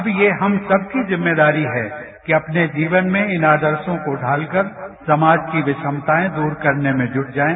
अब ये हम सबकी जिम्मेदारी है कि अपने जीवन में इन आदर्शों को ढालकर समाज की विषमताएं दूर करने में जुट जाएं